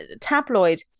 tabloid